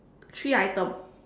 three item